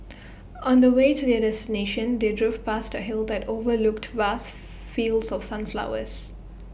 on the way to their destination they drove past A hill that overlooked vast fields of sunflowers